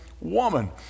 woman